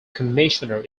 commissioner